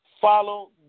follow